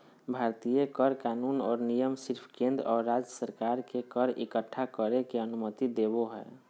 भारतीय कर कानून और नियम सिर्फ केंद्र और राज्य सरकार के कर इक्कठा करे के अनुमति देवो हय